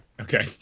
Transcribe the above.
okay